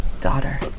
daughter